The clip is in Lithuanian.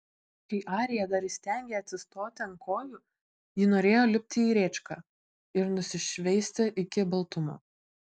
kai arija dar įstengė atsistoti ant kojų ji norėjo lipti į rėčką ir nusišveisti iki baltumo